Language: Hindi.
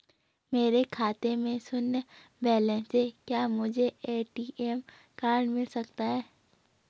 मेरे खाते में शून्य बैलेंस है क्या मुझे ए.टी.एम कार्ड मिल सकता है?